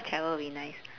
travel would be nice